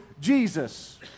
Jesus